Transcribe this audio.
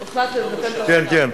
כן, כן.